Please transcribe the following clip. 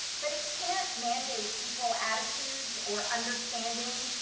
but it can't mandate equal attitudes, or understanding,